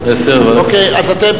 אוקיי, בסדר.